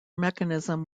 mechanism